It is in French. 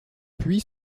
puis